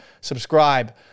subscribe